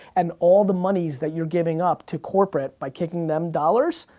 and all the monies that you're giving up to corporate by kicking them dollars,